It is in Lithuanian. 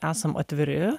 esam atviri